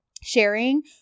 sharing